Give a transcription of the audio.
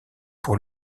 pour